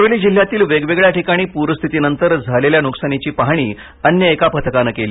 गडचिरोली जिल्ह्यातील वेगवेगळ्या ठिकाणी पूरस्थितीनंतर झालेल्या नुकसानीची पाहणी अन्य एका पथकानं केली